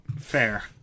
Fair